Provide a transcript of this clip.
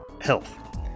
health